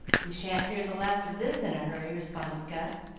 we sha'n't hear the last of this in a hurry, responded gus,